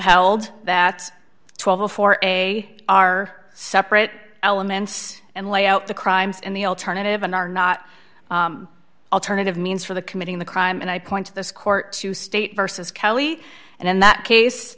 held that twelve for a are separate elements and lay out the crimes in the alternative and are not alternative means for the committing the crime and i point to this court to state versus kelly and in that case